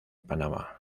panamá